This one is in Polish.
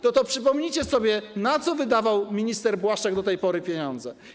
No to przypomnijcie sobie, na co wydawał minister Błaszczak do tej pory pieniądze.